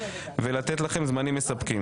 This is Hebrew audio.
ולתת לכם זמנים מספקים,